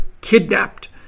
kidnapped